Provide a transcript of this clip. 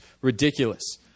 ridiculous